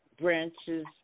branches